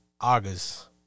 August